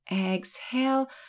Exhale